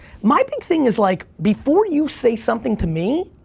my big thing is like, before you say something to me,